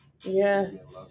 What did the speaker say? Yes